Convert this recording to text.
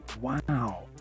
wow